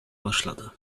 başladı